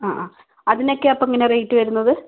അ അ അതിനൊക്കെ അപ്പോൾ എങ്ങനെയാണ് റേറ്റ് വരുന്നത്